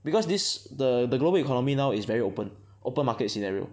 because this the the global economy now is very open open market scenario